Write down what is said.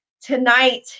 tonight